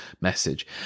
message